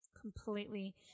Completely